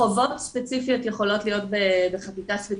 חובות ספציפיות יכולות להיות בחקיקה ספציפית.